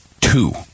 two